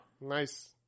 Nice